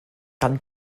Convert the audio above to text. gan